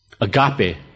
Agape